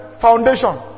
foundation